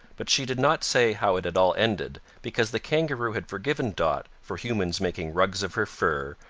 but she did not say how it had all ended because the kangaroo had forgiven dot for humans making rugs of her fur,